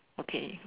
okay